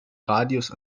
radius